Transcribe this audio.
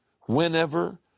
whenever